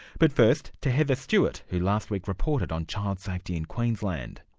but first, to heather stewart, who last week reported on child safety in queensland.